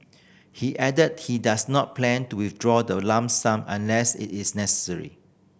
he add that he does not plan to withdraw the lump sum unless it is necessary